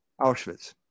Auschwitz